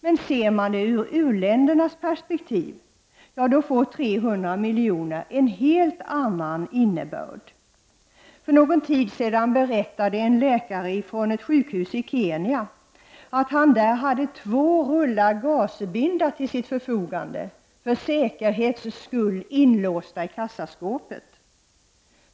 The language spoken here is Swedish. Men ser man det ur u-ländernas perspektiv får 300 miljoner en helt annan innebörd. För någon tid sedan berättade en läkare från ett sjukhus i Kenya att han där hade två rullar gasbinda till sitt förfogande, för säkerhets skull inlåsta i kassaskåpet.